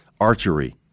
archery